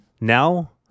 Now